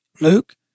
Luke